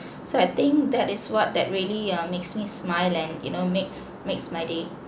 so I think that is what that really uh makes me smile and you know makes makes my day